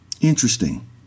Interesting